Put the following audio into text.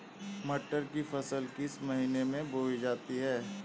मटर की फसल किस महीने में बोई जाती है?